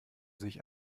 sich